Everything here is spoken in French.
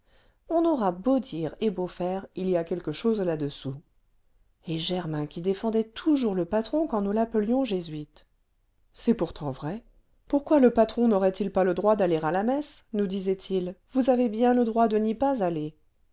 on aura beau dire et beau faire il y a quelque chose là-dessous et germain qui défendait toujours le patron quand nous l'appelions jésuite c'est pourtant vrai pourquoi le patron n'aurait-il pas le droit d'aller à la messe nous disait-il vous avez bien le droit de n'y pas aller